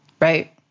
right